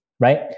Right